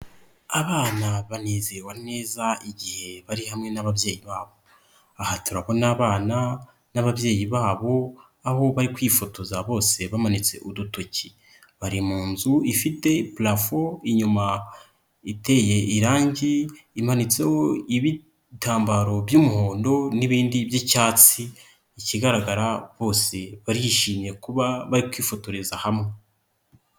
Abana banizerwa neza igihe bari hamwe n'ababyeyi babo. Aha turabona abana n'ababyeyi babo aho bari kwifotoza bose bamanitse udutoki. Bari mu nzu ifite purafo, inyuma iteye irangi imanitseho ibitambaro by'umuhondo n'ibindi by'icyatsi. Ikigaragara bose barishimye kuba bari kwifotoreza hamwe.